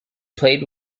played